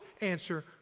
answer